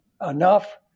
enough